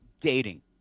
dating